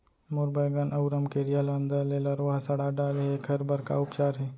मोर बैगन अऊ रमकेरिया ल अंदर से लरवा ह सड़ा डाले हे, एखर बर का उपचार हे?